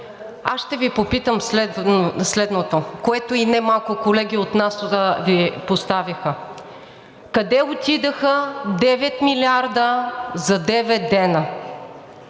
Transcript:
аз ще Ви попитам следното, което и немалко колеги от нас Ви поставиха: къде отидоха девет милиарда за девет